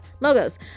logos